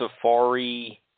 Safari –